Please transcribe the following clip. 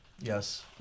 Yes